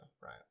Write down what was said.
right